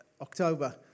October